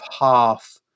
half